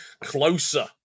closer